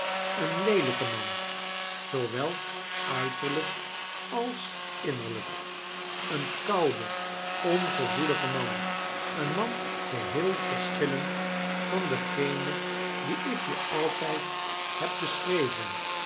een leelijke man zoowel uiterlijk als innerlijk een koude ongevoelige man een man geheel verschillend van dengeen die ik je altijd heb beschreven